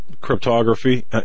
cryptography